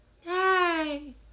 hey